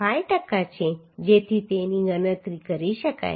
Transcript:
5 ટકા છે જેથી તેની ગણતરી કરી શકાય